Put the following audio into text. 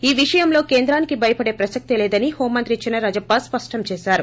ఈ విషయంలో కేంద్రానికి భయపడే ప్రసక్తే లేదని హోంమంత్రి చినరాజప్ప స్పష్టం చేశారు